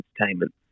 entertainment